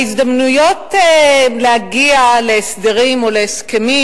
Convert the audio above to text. ההזדמנויות להגיע להסדרים או להסכמים,